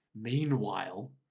Meanwhile